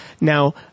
Now